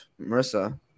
Marissa